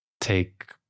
take